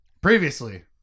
previously